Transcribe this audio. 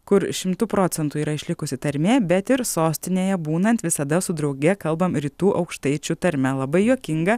kur šimtu procentų yra išlikusi tarmė bet ir sostinėje būnant visada su drauge kalbam rytų aukštaičių tarme labai juokinga